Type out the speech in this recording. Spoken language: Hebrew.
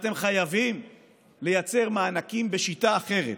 אתם חייבים לייצר מענקים בשיטה אחרת.